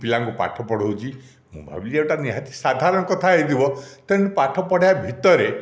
ପିଲାଙ୍କୁ ପାଠ ପଢ଼ାଉଛି ମୁଁ ଭାବିଲି ଏଟା ନିହାତି ସାଧାରଣ କଥା ହୋଇଥିବ ତେଣୁ ପାଠ ପଢ଼ାଇବା ଭିତରେ